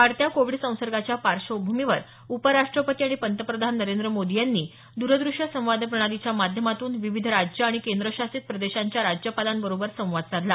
वाढत्या कोविड संसर्गाच्या पार्श्वभूमीवर उपराष्ट्रपती आणि पंतप्रधान नरेंद्र मोदी यांनी द्रदृश्य संवाद प्रणालीच्या माध्यमातून विविध राज्यं आणि केंद्रशासित प्रदेशांच्या राज्यपालांबरोबर संवाद साधला